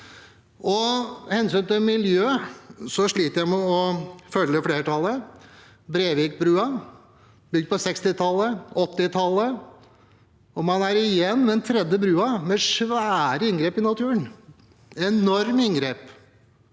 hensynet til miljø, sliter jeg med å følge flertallet. Brevikbrua ble bygd på 1960-tallet, på 1980-tallet, og man er i gang med den tredje broen, med svære inngrep i naturen – enorme inngrep